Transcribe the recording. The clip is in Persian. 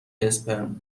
اسپرم